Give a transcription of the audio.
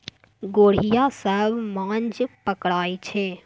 गोढ़िया सब माछ पकरई छै